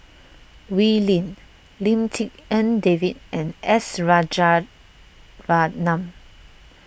Wee Lin Lim Tik En David and S Rajaratnam